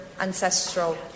ancestral